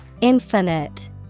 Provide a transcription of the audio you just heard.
Infinite